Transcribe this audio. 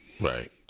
right